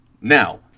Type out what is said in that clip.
Now